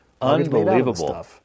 Unbelievable